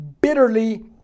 bitterly